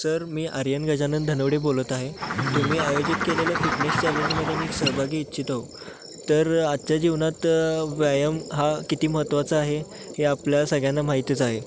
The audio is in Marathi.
सर मी आर्यन गजानन धनावडे बोलत आहे तुम्ही आयोजित केलेलं फिटनेस चॅलेंजमध्ये मी सहभागी इच्छित आहोत तर आजच्या जीवनात व्यायाम हा किती महत्त्वाचा आहे हे आपल्या सगळ्यांना माहितच आहे